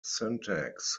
syntax